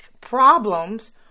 problems